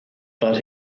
but